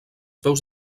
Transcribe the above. peus